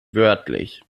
wörtlich